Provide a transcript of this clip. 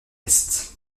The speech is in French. est